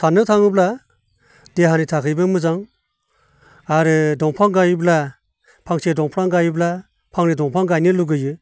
साननो थाङोब्ला देहानि थाखायबो मोजां आरो दंफां गायोब्ला फांसे दंफां गायोब्ला फांनै दंफां गायनो लुबैयो